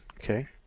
Okay